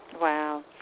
Wow